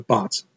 Bots